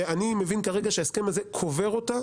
שאני מבין כרגע שההסכם הזה קובר אותה,